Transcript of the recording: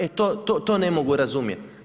E, to ne mogu razumjeti.